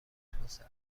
توسعه